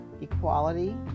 equality